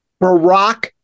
Barack